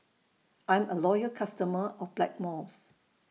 I'm A Loyal customer of Blackmores